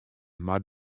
mar